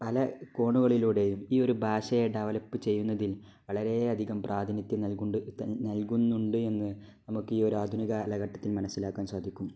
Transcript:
പല കോണുകളിലൂടെയും ഈ ഒരു ഭാഷയെ ഡെവലപ്പ് ചെയ്യുന്നതിൽ വളരെയധികം പ്രാതിനിധ്യം നൽകുന്നുണ്ടെന്ന് നമുക്ക് ഈയൊരു ആധുനിക കാലഘട്ടത്തിൽ മനസ്സിലാക്കാൻ സാധിക്കും